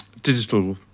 digital